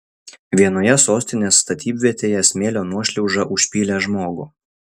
vienoje sostinės statybvietėje smėlio nuošliauža užpylė žmogų